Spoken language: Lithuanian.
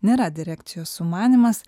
nėra direkcijos sumanymas